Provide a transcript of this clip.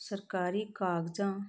ਸਰਕਾਰੀ ਕਾਗਜ਼ਾਂ